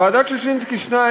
ועדת ששינסקי 2,